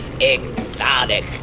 exotic